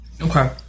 Okay